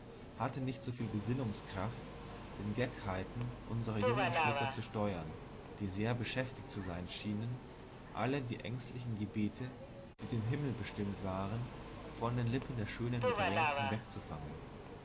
hatten nicht so viel besinnungskraft den keckheiten unserer jungen schlucker zu steuern die sehr beschäftigt zu sein schienen alle die ängstlichen gebete die dem himmel bestimmt waren von den lippen der schönen bedrängten wegzufangen